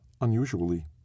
unusually